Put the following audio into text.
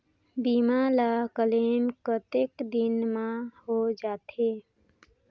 बीमा ला क्लेम कतेक दिन मां हों जाथे?